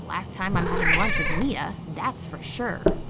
last time i'm having lunch with mia. that's for sure.